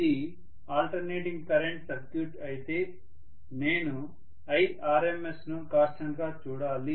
ఇది alternating current circuit అయితే నేను irms ను కాన్స్టెంట్ గా చూడాలి